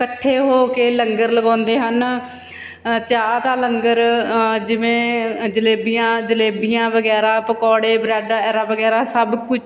ਇਕੱਠੇ ਹੋ ਕੇ ਲੰਗਰ ਲਗਾਉਂਦੇ ਹਨ ਚਾਹ ਦਾ ਲੰਗਰ ਜਿਵੇਂ ਜਲੇਬੀਆਂ ਜਲੇਬੀਆਂ ਵਗੈਰਾ ਪਕੌੜੇ ਬਰੈਡ ਐਰਾ ਵਗੈਰਾ ਸਭ ਕੁਝ